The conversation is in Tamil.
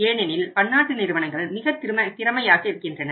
ஏனெனில் பன்னாட்டு நிறுவனங்கள் மிகத் திறமையாக இருக்கின்றன